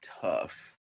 tough